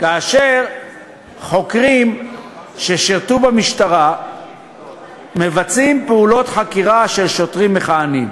כאשר חוקרים ששירתו במשטרה מבצעים פעולות חקירה של שוטרים מכהנים.